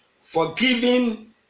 forgiving